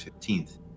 15th